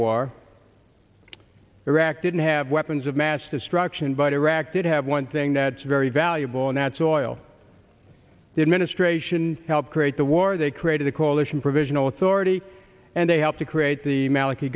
in iraq didn't have weapons of mass destruction but iraq did have one thing that's very valuable and that's oil the administration helped create the war they created a coalition provisional authority and they helped to create the malik